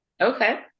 okay